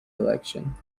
election